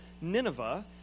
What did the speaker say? Nineveh